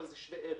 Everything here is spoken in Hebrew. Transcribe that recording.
אבל זה שווה ערך.